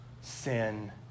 sin